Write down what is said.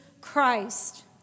Christ